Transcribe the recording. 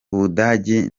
ubudagi